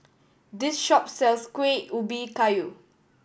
this shop sells Kuih Ubi Kayu